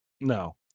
no